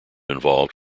involved